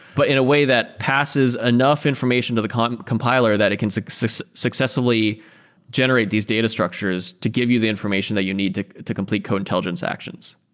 but in a way that passes enough information to the and compiler that it can successfully successfully generate these data structures to give you the information that you need to to complete code intelligence actions.